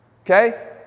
okay